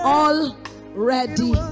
already